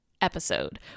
episode